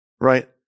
Right